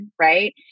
right